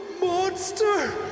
Monster